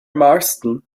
marsden